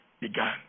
began